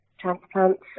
transplants